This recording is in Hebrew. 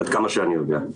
עד כמה שאני יודע.